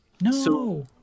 no